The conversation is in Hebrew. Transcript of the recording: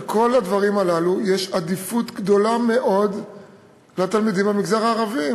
בכל הדברים הללו יש עדיפות גדולה מאוד לתלמידים במגזר הערבי.